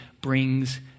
brings